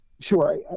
Sure